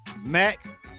Mac